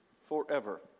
forever